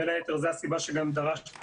בין היתר זו הסיבה שגם דרשנו